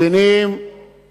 יש, השלום.